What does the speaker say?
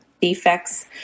defects